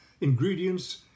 ingredients